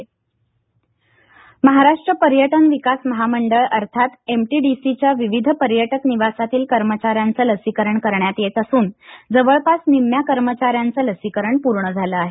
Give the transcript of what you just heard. MTDC Maharashtra पर्यटन विकास महामंडळ अर्थात एमटीडीसीच्या विविध पर्यटक निवासातील कर्मचाऱ्यांचं लसीकरण करण्यात येत असून जवळपास निम्म्या कर्मचाऱ्यांचं कोरोना लसीकरण पूर्ण झालं आहे